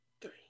three